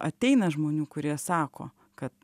ateina žmonių kurie sako kad